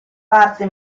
parte